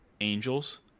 angels